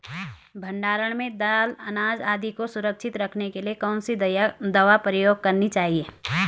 भण्डारण में दाल अनाज आदि को सुरक्षित रखने के लिए कौन सी दवा प्रयोग करनी चाहिए?